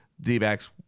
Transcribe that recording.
D-backs